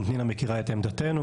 גם פנינה מכירה את עמדתנו,